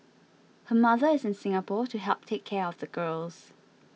her mother is in Singapore to help take care of the girls